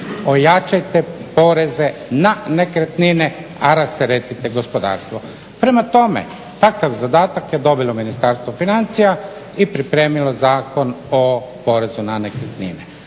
ojačajte poreze na nekretnine a rasteretite gospodarstvo. Prema tome takav zadatak je dobilo Ministarstvo i pripremilo Zakon o porezu na nekretnine.